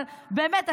אבל באמת,